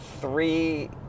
three